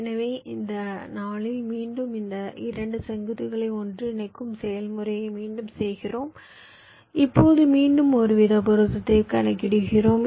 எனவே இந்த 4 இல் மீண்டும் இந்த 2 செங்குத்துகளை ஒன்றிணைக்கும் செயல்முறையை மீண்டும் செய்கிறோம் இப்போது மீண்டும் ஒருவித பொருத்தத்தை கணக்கிடுகிறோம்